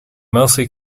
mostly